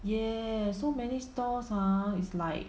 yeah so many stalls ah is like